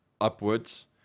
upwards